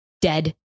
dead